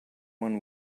one